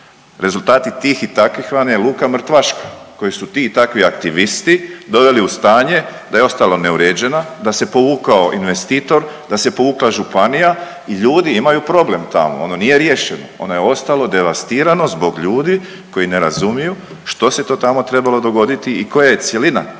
rezultati tih i takvih vam je luka Mrtvaška koji su ti takvi aktivisti doveli u stanje d aje ostala neuređena, da se povukao investitor, da se povukla županija i ljudi imaju problem tamo, ono nije riješeno, ono je ostalo devastirano zbog ljudi koji ne razumiju što se to tamo trebalo dogoditi i koja je cjelina